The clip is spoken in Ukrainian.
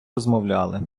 розмовляли